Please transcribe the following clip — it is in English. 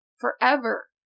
forever